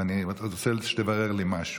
ואני רוצה שתברר לי משהו,